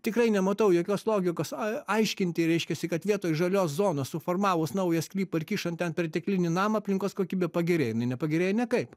tikrai nematau jokios logikos aiškinti reiškiasi kad vietoj žalios zonos suformavus naują sklypą ir kišant ten perteklinį namą aplinkos kokybė pagerėjo jinai nepagerėjo niekaip